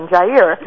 Jair